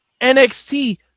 NXT